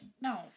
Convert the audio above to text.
no